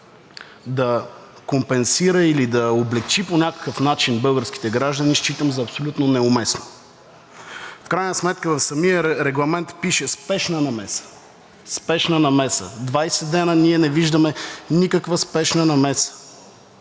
да компенсира или да облекчи по някакъв начин българските граждани, считам за абсолютно неуместно. В крайна сметка в самия регламент пише „спешна намеса“, „спешна намеса“. Двадесет дни ние не виждаме никаква спешна намеса